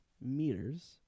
meters